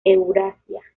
eurasia